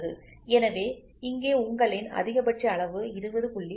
எனவே இங்கே உங்களின் அதிகபட்ச அளவு 20